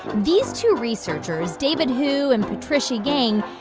these two researchers, david hu and patricia yang,